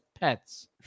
pets